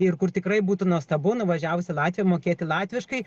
ir kur tikrai būtų nuostabu nuvažiavus į latviją mokėti latviškai